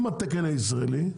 עם התקן הישראלי,